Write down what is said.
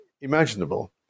imaginable